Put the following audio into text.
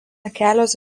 kelios